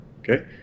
Okay